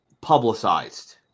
publicized